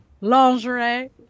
Lingerie